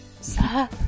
sir